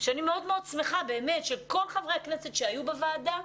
שאני מאוד שמחה שכל חברי הכנסת שהיו בוועדה,